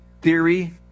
theory